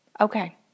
okay